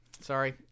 Sorry